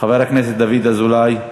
חבר הכנסת דוד אזולאי.